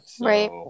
Right